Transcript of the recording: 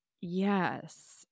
Yes